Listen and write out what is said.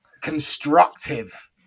constructive